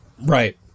Right